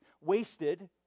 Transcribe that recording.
wasted